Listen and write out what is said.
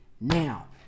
Now